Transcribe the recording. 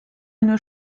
une